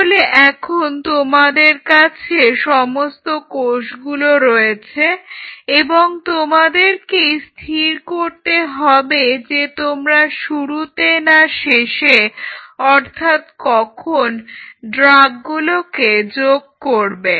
তাহলে এখন তোমাদের কাছে সমস্ত কোষগুলো রয়েছে এবং তোমাদেরকেই স্থির করতে হবে যে তোমরা শুরুতে না শেষে অর্থাৎ কখন ড্রাগগুলোকে যোগ করবে